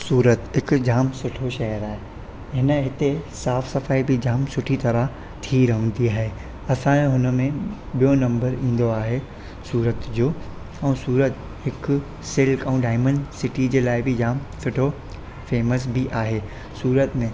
सूरत इक झाम सुठो शहर आहे हिन हिते साफ़ु सफ़ाई बि जाम सुठी तरहि थी रहंदी आहे असांजो हुन में ॿियो नंबर ईंदो आहे सूरत जो ऐं सूरत हिकु सिल्कोन डायमंड सिटी जे लाहे बि झाम सुठो फेमस बि आहे सूरत में